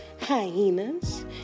Hyenas